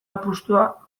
apustua